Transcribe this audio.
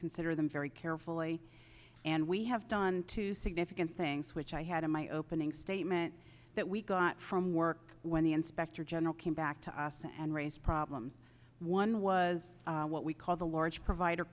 consider them very carefully and we have done two significant things which i had in my opening statement that we got from work when the inspector general came back to us and raised problem one was what we called the large provider